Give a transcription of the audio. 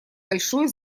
большой